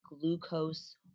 glucose